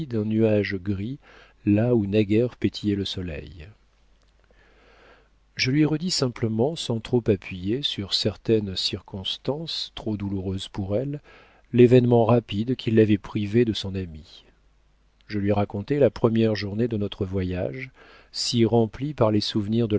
d'un nuage gris là où naguère pétillait le soleil je lui redis simplement sans trop appuyer sur certaines circonstances trop douloureuses pour elle l'événement rapide qui l'avait privée de son ami je lui racontai la première journée de notre voyage si remplie par les souvenirs